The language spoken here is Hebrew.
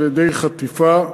על-ידי חטיפה,